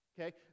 Okay